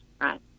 right